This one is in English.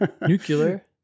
nuclear